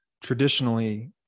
traditionally